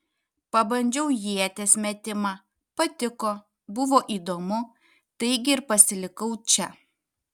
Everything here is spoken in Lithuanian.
pabandžiau ieties metimą patiko buvo įdomu taigi ir pasilikau čia